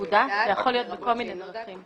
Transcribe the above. זה יכול להיות בכל מיני דרכים.